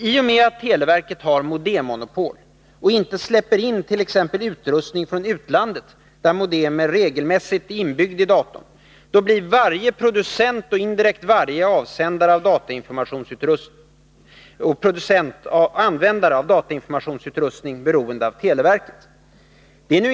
I och med att televerket har modemmonopol — och inte släpper in t.ex. utrustning från utlandet där modemer regelmässigt är inbyggda i datorn — blir varje producent och indirekt varje användare av datainformationsutrustning beroende av televerket.